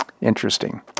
Interesting